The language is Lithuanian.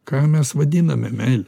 ką mes vadiname meile